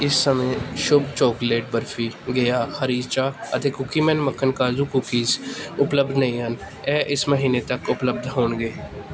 ਇਸ ਸਮੇਂ ਸ਼ੁਬ ਚਾਕਲੇਟ ਬਰਫੀ ਗਯਾ ਹਰੀ ਚਾਹ ਅਤੇ ਕੂਕੀਮੈਨ ਮੱਖਣ ਕਾਜੂ ਕੂਕੀਜ਼ ਉਪਲੱਬਧ ਨਹੀਂ ਹਨ ਇਹ ਇਸ ਮਹੀਨੇ ਤੱਕ ਉਪਲੱਬਧ ਹੋਣਗੇ